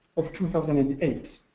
of two thousand and eight.